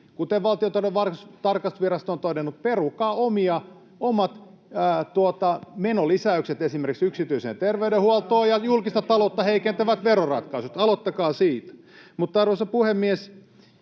kuten Valtiontalouden tarkastusvirasto on todennut, perukaa omat menolisäykset esimerkiksi yksityiseen terveydenhuoltoon ja julkista taloutta heikentävät veroratkaisut. Aloittakaa siitä. Arvoisa puhemies!